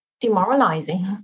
demoralizing